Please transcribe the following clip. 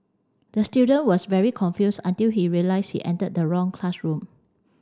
the student was very confused until he realised he entered the wrong classroom